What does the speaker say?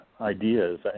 ideas